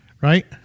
right